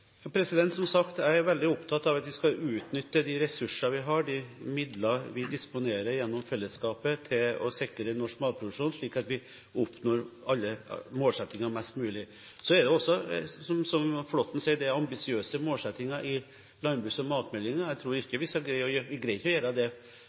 Som sagt er jeg veldig opptatt av at vi skal utnytte de ressursene vi har, de midlene vi disponerer gjennom fellesskapet, til å sikre norsk matproduksjon, slik at vi når alle målsettinger best mulig. Så er det også slik som Flåtten sier, at det er ambisiøse målsettinger i landbruks- og